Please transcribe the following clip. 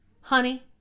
honey